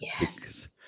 Yes